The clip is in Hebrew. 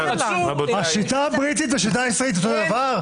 שם אין מינויים פוליטיים.